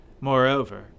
Moreover